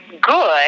good